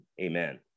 amen